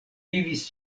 vivis